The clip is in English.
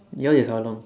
yours is how long